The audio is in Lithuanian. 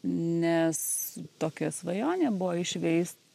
nes tokia svajonė buvo išveist